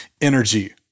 energy